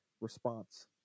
response